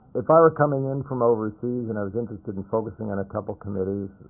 if i were coming in from overseas and i was interested in focusing on a couple committees,